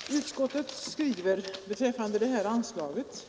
Herr talman! Utskottet skriver beträffande anslaget